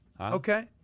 Okay